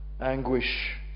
anguish